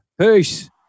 Peace